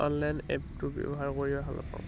online এপটো ব্যৱহাৰ কৰি ভাল পাওঁ